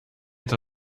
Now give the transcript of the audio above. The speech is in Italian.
tra